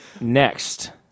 Next